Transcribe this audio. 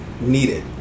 needed